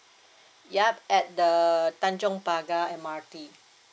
yup at the tanjong pagar M_R_T